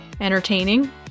entertaining